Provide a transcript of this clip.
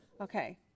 Okay